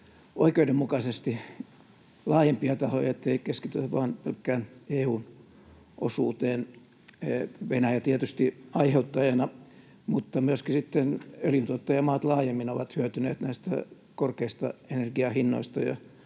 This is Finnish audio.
oikeudenmukaisesti laajempia tahoja, ettei keskitytä vain pelkkään EU-osuuteen. Venäjä tietysti aiheuttajana, mutta myöskin sitten öljyntuottajamaat laajemmin ovat hyötyneet näistä korkeista energian hinnoista,